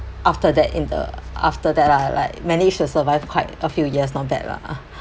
after that in the after that lah like managed to survive quite a few years not bad lah